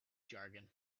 jargon